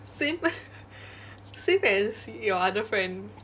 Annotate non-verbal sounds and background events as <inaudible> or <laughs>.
same <laughs> same as your other friend